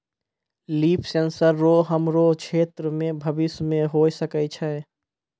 लिफ sensor रो हमरो क्षेत्र मे भविष्य मे होय सकै छै